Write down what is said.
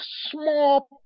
small